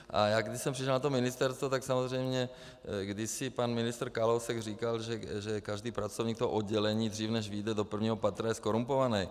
A já když jsem přišel na to ministerstvo, tak samozřejmě kdysi pan ministr Kalousek říkal, že každý pracovník oddělení dřív, než vyjde do prvního patra, je zkorumpovaný.